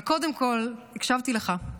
אבל קודם כול, הקשבתי לך,